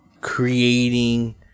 creating